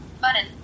Button